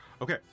Okay